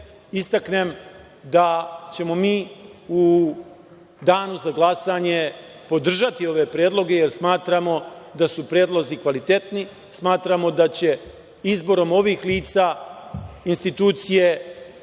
istaknem da ćemo mi u danu za glasanje podržati ove predloge jer smatramo da su predlozi kvalitetni, smatramo da će izborom ovih lica institucije